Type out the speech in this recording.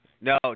no